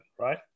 right